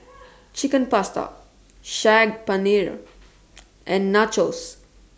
Chicken Pasta Saag Paneer and Nachos